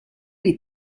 les